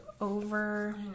over